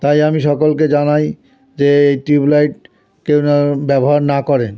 তাই আমি সকলকে জানাই যে এই টিউব লাইট কেউ না ব্যবহার না করেন